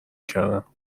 کردم